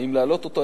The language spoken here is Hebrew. האם להעלות אותו?